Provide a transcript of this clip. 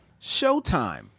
Showtime